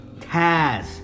Taz